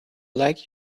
like